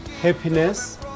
happiness